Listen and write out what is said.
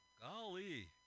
Golly